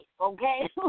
okay